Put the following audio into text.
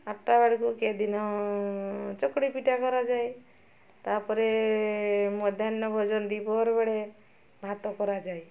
କେଉଁ ଦିନ ଚକୁଳି ପିଠା କରାଯାଏ ତା'ପରେ ମଧ୍ୟାହ୍ନ ଭୋଜନ ଦୁଇ ପ୍ରହର ଭାତ କରାଯାଏ